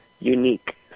unique